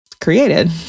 created